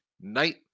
night